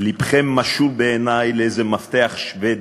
לבכם משול בעיני לאיזה מפתח שבדי.